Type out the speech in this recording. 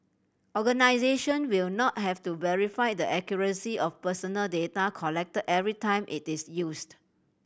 organisation will not have to verify the accuracy of personal data collected every time it is used